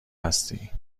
هستی